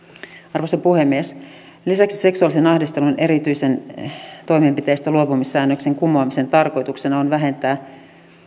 arvoisa puhemies lisäksi seksuaalisen ahdistelun erityisen toimenpiteistä luopumissäännöksen kumoamisen tarkoituksena on vähentää